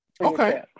Okay